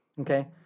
okay